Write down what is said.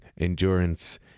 endurance